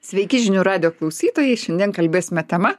sveiki žinių radijo klausytojai šiandien kalbėsime tema